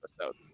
episode